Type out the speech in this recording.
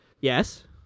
Yes